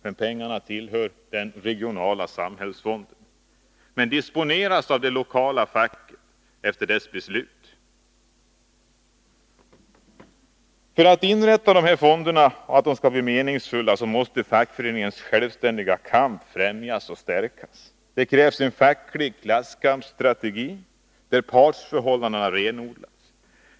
Dessa medel tillhör den regionala samhällsfonden, men disponeras efter det lokala fackets beslut. För att ett inrättande av sådana fonder skall bli meningsfullt måste fackföreningarnas självständiga kamp främjas och stärkas. Det krävs en facklig klasskampsstrategi, där partsförhållandena renodlas.